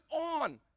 on